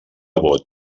vot